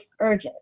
urgent